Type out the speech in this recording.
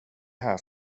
här